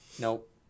Nope